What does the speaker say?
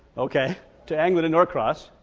okay to anglin and norcross.